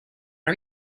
are